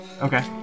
Okay